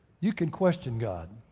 you can question god.